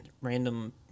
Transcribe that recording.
random